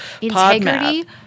Integrity